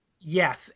yes